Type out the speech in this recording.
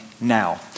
now